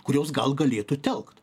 kurios gal galėtų telkt